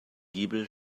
giebel